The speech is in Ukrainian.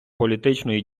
політичної